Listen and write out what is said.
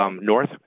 north